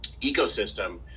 ecosystem